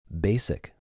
basic